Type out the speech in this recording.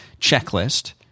checklist